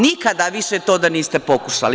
Nikada više to da niste pokušali.